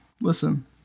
Listen